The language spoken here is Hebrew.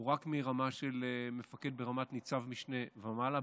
הוא רק מרמה של מפקד ברמת ניצב משנה ומעלה,